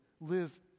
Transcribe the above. live